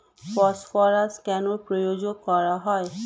Phosphorus কেন প্রয়োগ করা হয়?